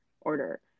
order